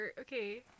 Okay